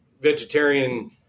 vegetarian